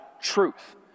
truth